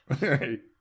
right